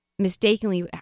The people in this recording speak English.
mistakenly